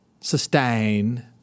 sustain